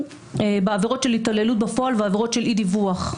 בעבירות של התעללות בפועל ועבירות של אי-דיווח.